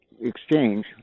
exchange